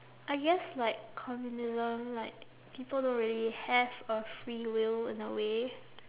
I guess like communism like people don't really have a free will in a way